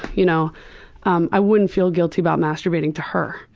you know um i wouldn't feel guilty about masturbating to her.